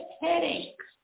headaches